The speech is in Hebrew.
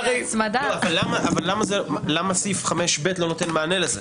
אבל למה סעיף 5ב לא נותן מענה לזה?